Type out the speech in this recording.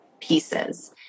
pieces